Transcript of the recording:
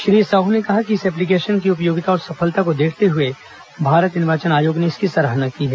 श्री साहू ने कहा कि इस एप्लीकेशन की उपयोगिता और सफलता को देखते हुए भारत निर्वाचन आयोग ने इसकी सराहना की है